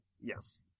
Yes